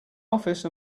office